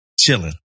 chilling